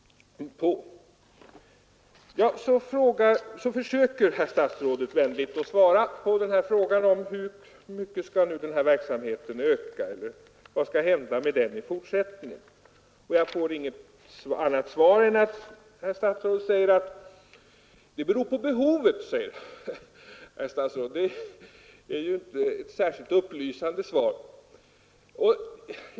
Sedan försöker statsrådet vänligt svara på frågan om hur mycket den här verksamheten skall öka eller vad som skall hända med den i fortsättningen. Jag får inget annat svar än att statsrådet säger att det beror på behovet. Det är ju inte ett särskilt upplysande svar.